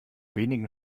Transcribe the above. wenigen